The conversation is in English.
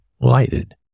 lighted